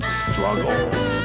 struggles